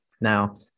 now